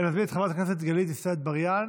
אני מזמין את חברת כנסת גלית דיסטל אטבריאן,